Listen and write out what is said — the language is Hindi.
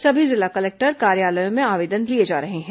सभी जिला कलेक्टर कार्यालयों में आवेदन लिए जा रहे हैं